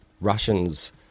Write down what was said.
Russians